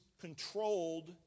controlled